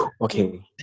okay